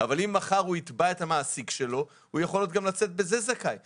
אבל אם מחר הוא יתבע את המעסיק שלו הוא יכול לצאת זכאי גם בזה.